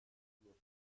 schluss